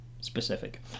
Specific